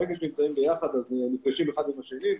ברגע שנמצאים ביחד נפגשים אחד עם השני.